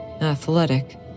Athletic